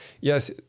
yes